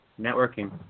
Networking